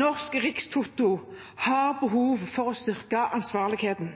Norsk Rikstoto har behov for å styrke ansvarligheten.